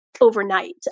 overnight